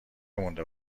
مونده